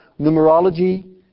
numerology